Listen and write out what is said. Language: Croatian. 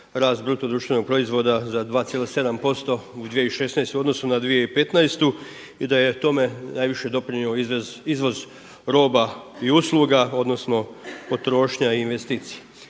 ste rast BDP-a za 2,7% u 2016. u odnosu na 2015. i da je tome najviše doprinio izvoz roba i usluga odnosno potrošnja i investicije.